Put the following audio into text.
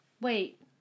Wait